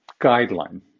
guideline